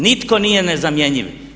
Nitko nije nezamjenjiv.